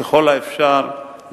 ככל האפשר,